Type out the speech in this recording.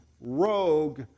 rogue